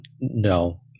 No